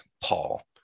Paul